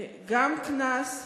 גם קנס,